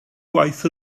gwaith